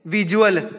visual